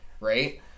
Right